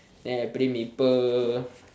then I play maple